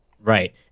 Right